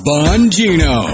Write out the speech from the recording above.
Bongino